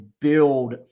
build